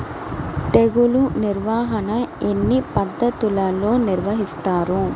తెగులు నిర్వాహణ ఎన్ని పద్ధతులలో నిర్వహిస్తారు?